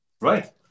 Right